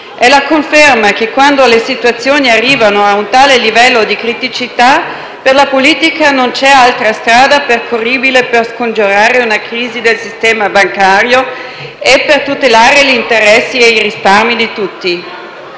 È la conferma che, quando le situazioni arrivano a un tale livello di criticità, per la politica non c'è altra strada percorribile per scongiurare una crisi del sistema bancario e per tutelare gli interessi e i risparmi di tutti.